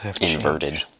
Inverted